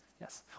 Yes